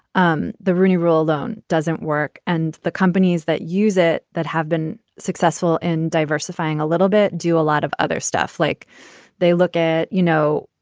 um the rooney rule alone doesn't work. and the companies that use it, that have been successful in diversifying a little bit do a lot of other stuff like they look at, you know,